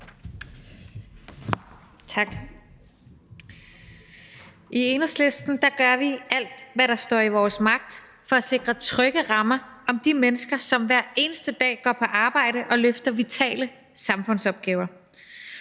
Tak. I Enhedslisten gør vi alt, hvad der står i vores magt, for at sikre trygge rammer om de mennesker, som hver eneste dag går på arbejde og løfter vitale samfundsopgaver.